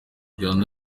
uganda